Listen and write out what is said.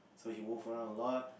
like he move around a lot